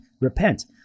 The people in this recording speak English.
repent